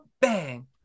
bang